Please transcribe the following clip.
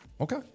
Okay